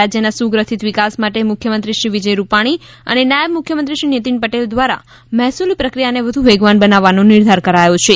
રાજ્યના સુગ્રથિત વિકાસ માટે મુખ્યમંત્રીશ્રી વિજય રૂપાણી અને નાયબ મુખ્યમંત્રીશ્રી નીતિન પટેલ દ્વારા મહેસૂલી પ્રક્રિયાને વધુ વેગવાન બનાવવાનો નિર્ધાર કરાયો છે